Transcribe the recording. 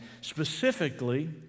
specifically